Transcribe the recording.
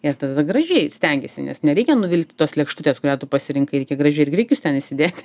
ir tada gražiai stengiesi nes nereikia nuvilti tos lėkštutės kurią tu pasirinkai reikia gražiai ir grikius ten įsidėti